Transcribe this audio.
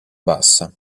bassa